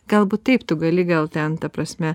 galbūt taip tu gali gal ten ta prasme